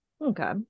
Okay